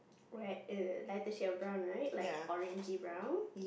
rag err lighter shade of brown right like orangey brown